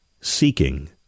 seeking